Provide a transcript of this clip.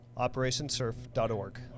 operationsurf.org